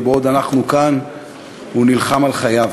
ובעוד אנחנו כאן הוא נלחם על חייו.